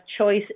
choice